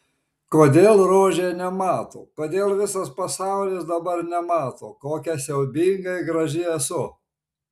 kodėl rožė nemato kodėl visas pasaulis dabar nemato kokia siaubingai graži esu